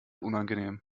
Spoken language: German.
unangenehm